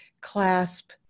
clasp